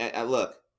Look